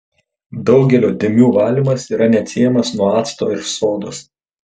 daugelio dėmių valymas yra neatsiejamas nuo acto ir sodos